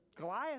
Goliath